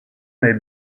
may